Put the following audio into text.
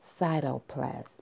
cytoplasm